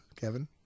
Kevin